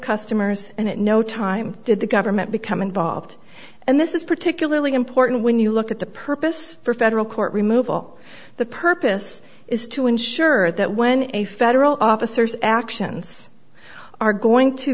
customers and at no time did the government become involved and this is particularly important when you look at the purpose for federal court remove all the purpose is to ensure that when a federal officers actions are going to